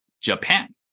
Japan